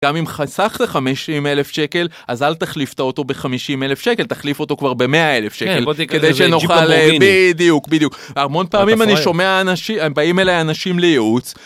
גם אם חסך לי-50 אלף שקל, אז אל תחליף את האוטו ב-50 אלף שקל, תחליף אותו כבר ב-100 אלף שקל, כדי שנוכל בדיוק, בדיוק. המון פעמים אני שומע אנשים, הם באים אליי אנשים לייעוץ.